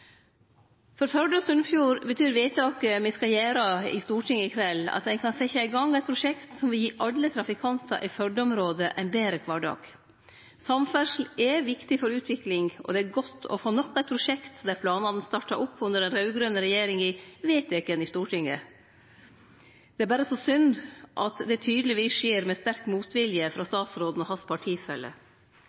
For Førde og Sunnfjord betyr vedtaket me skal gjere i Stortinget i kveld, at ein kan setje i gang eit prosjekt som vil gi alle trafikantar i Førde-området ein betre kvardag. Samferdsle er viktig for utvikling, og det er godt å få nok eit prosjekt der planane starta opp under den raud-grøne regjeringa, vedteke i Stortinget. Det er berre så synd at det tydelegvis skjer med sterk motvilje frå statsråden og partifellane hans.